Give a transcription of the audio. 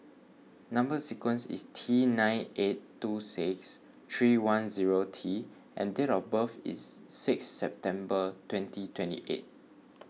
Number Sequence is T nine eight two six three one zero T and date of birth is six September twenty twenty eight